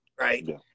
right